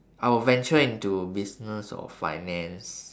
I will venture into business or finance